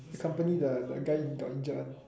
accompany the the guy in